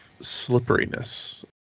slipperiness